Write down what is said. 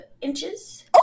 inches